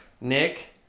nick